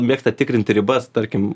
mėgsta tikrinti ribas tarkim